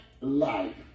life